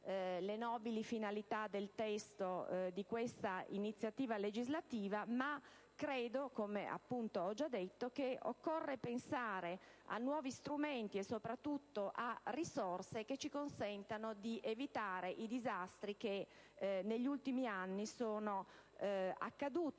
le nobili finalità del testo di questa iniziativa legislativa. Credo tuttavia - come ho già detto - che occorra pensare a nuovi strumenti e soprattutto a risorse che ci consentano di evitare i disastri che sono accaduti